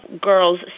girls